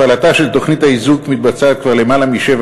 הפעלתה של תוכנית האיזוק מתבצעת כבר למעלה משבע